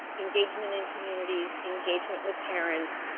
engagement in communities, engagement with parents,